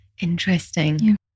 Interesting